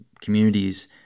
communities